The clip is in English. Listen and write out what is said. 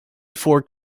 fork